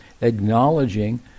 acknowledging